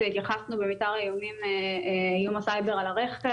התייחסנו לאיום הסייבר על הרכב,